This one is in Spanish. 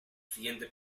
siguiente